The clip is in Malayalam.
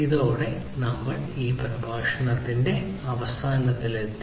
ഇതോടെ നമ്മൾ ഈ പ്രഭാഷണത്തിന്റെ അവസാനത്തിലെത്തി